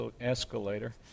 escalator